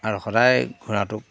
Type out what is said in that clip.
আৰু সদায় ঘোঁৰাটোক